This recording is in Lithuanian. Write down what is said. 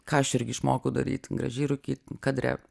ką aš irgi išmokau daryt gražiai rūkyt kadre